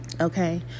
Okay